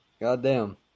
Goddamn